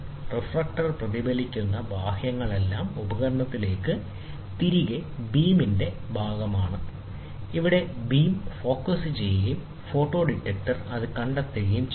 reflector പ്രതിഫലിപ്പിക്കുന്ന ബാഹ്യങ്ങളെല്ലാം ഉപകരണത്തിലേക്ക് തിരികെ ബീമിന്റെ ഭാഗമാണ് അവിടെ ബീം ഫോക്കസ് ചെയ്യുകയും ഫോട്ടോ ഡിറ്റക്ടർ കണ്ടെത്തുകയും ചെയ്യുന്നു